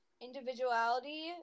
individuality